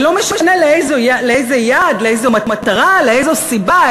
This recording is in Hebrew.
ולא משנה לאיזה יעד, לאיזו מטרה, לאיזו סיבה.